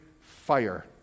fire